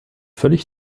völlig